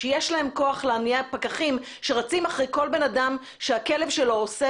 שיש להן כוח להניע פקחים שרצים אחרי כל בן אדם שהכלב שלו עושה,